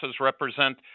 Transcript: represent